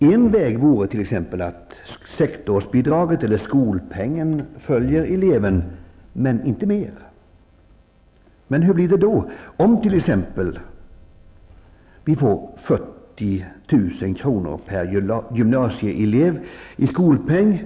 En väg vore t.ex. att sektorsbidraget, skolpengen, följer eleven -- men inte mer. Hur blir det då om vi t.ex. får 40 000 kr. per gymnasieelev i skolpeng,